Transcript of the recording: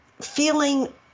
feeling